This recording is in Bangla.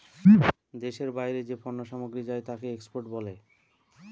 দেশের বাইরে যে পণ্য সামগ্রী যায় তাকে এক্সপোর্ট বলে